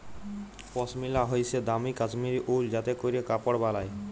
পশমিলা হইসে দামি কাশ্মীরি উল যাতে ক্যরে কাপড় বালায়